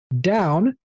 down